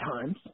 times